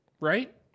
Right